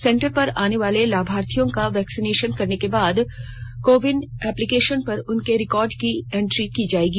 centre पर आने वाले लाभार्थियों का वेरिफिकेशन करने के बाद कोविन अप्लीकेशन पर उनके रिकॉर्ड की इंट्री की जाएगी